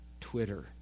Twitter